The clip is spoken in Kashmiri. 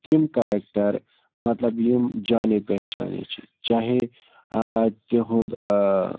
تِم کَریکٹَر مطلب یِم جانے پہچانے چھِ چاہے تِہُنٛد